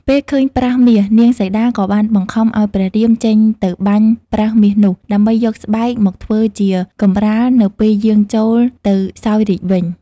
ពេលឃើញប្រើសមាស នាងសីតាក៏បានបង្ខំឱ្យព្រះរាមចេញទៅបាញ់ប្រើសមាសនោះ ដើម្បីយកស្បែកមកធ្វើជាកម្រាលនៅពេលយាងចូល ទៅសោយរាជ្យវិញ។